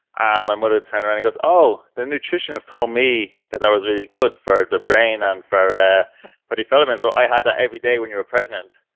ah my mother turned around and goes, oh! the nutritionist told me that that was really good for the brain and for but development so i had that every day when you were pregnant.